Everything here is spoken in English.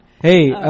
Hey